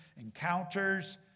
encounters